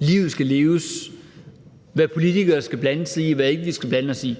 livet skal leves, hvad politikere skal blande sig i, og hvad vi ikke skal blande os i.